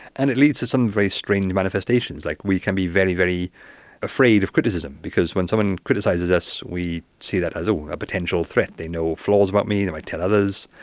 and it leads to some very strange manifestations. like we can be very, very afraid of criticism because when someone criticises us and we see that as a potential threat they know flaws about me, they might tell others.